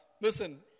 listen